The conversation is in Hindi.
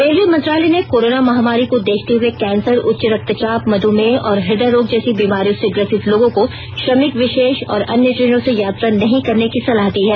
रेलवे मंत्रालय ने कोरोना महामारी को देखते हए कैंसर उच्च रक्तचाप मध्मेह और इदय रोग जैसी बीमारियों से ग्रसित लोगों को श्रमिक विशेष और अन्य ट्रेनों से यात्रा नहीं करने की सलाह दी है